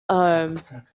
home